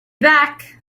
back